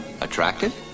attractive